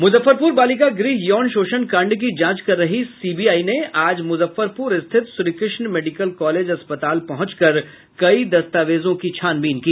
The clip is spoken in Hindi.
मूजफ्फरपूर बालिका गृह यौन शोषण कांड की जांच कर रही सीबीआई ने आज मूजफ्फरपूर स्थित श्रीकृष्ण मेडिकल कॉलेज अस्पताल पहुंचकर कई दस्तावेजों की छानबीन की